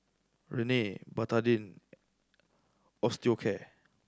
Rene Betadine Osteocare